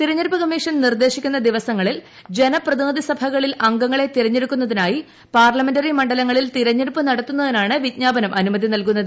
തെരഞ്ഞെടുപ്പ് കമ്മീഷൻ നിർദ്ദേശിക്കുന്ന ദിവസങ്ങളിൽ ജനപ്രതിനിധി സഭകളിൽ അംഗങ്ങളെ തെരഞ്ഞെടുക്കുന്നതിനായി പാർലമെന്ററി മണ്ഡലങ്ങളിൽ തെരഞ്ഞെടുപ്പു നടത്തുന്നതിനാണ് വിജ്ഞാപനം അനുമതി നൽകുന്നത്